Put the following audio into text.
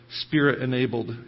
spirit-enabled